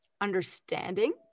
understanding